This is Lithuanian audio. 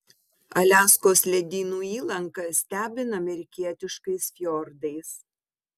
aliaskos ledynų įlanka stebina amerikietiškais fjordais